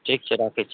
ठीक छै राखै छी